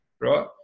right